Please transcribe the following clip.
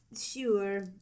Sure